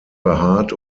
behaart